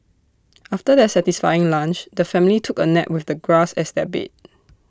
after their satisfying lunch the family took A nap with the grass as their bed